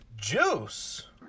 Juice